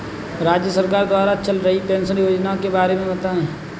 राज्य सरकार द्वारा चल रही पेंशन योजना के बारे में बताएँ?